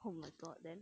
oh my god then